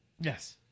Yes